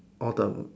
all the